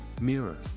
Mirror